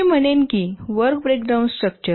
मी म्हणेन की work breakdown structure